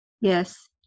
Yes